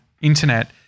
internet